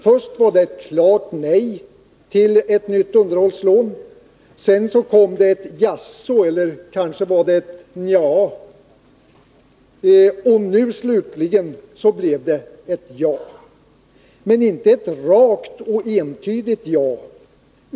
Först kom ett klart nej till ett nytt underhållslån. Sedan kom ett jaså, eller kanske var det ett nja. Och nu slutligen blev det ett ja, men inte ett rakt och entydigt ja.